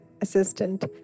assistant